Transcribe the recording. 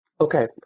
Okay